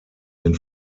den